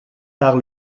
par